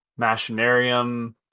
Machinarium